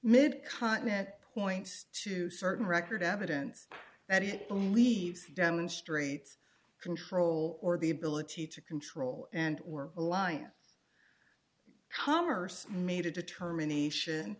mid continent points to certain record evidence that it believes demonstrates control or the ability to control and or alliance commerce made a determination